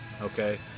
okay